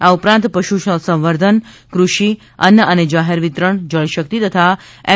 આ ઉપરાંત પશુ સંવર્ધન કૃષિ અન્ન અને જાહેર વિતરણ જળશક્તિ તથા એમ